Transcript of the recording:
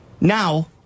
Now